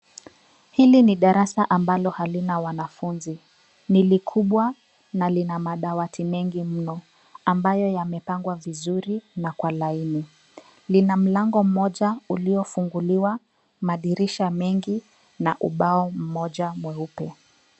Hili ni darasa ambalo halina wanafunzi, nilikubwa na lina madawati mengi mno ambayo yamepangwa vizuri na kwa laini. Lina mlango mmoja uliofunguliwa, madirisha mengi na ubao mmoja mweupe.